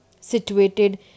situated